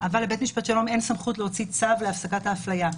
אבל לבית משפט שלום אין סמכות להוציא צו להפסקת ההפליה,